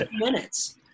minutes